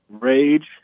rage